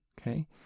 okay